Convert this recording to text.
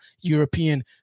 European